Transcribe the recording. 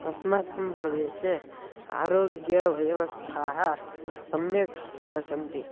अस्माकं प्रदेशे आरोग्यव्यवस्थाः सम्यक् न सन्ति